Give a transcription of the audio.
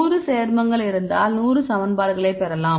100 சேர்மங்கள் இருந்தால் 100 சமன்பாடுகளை பெறலாம்